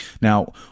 Now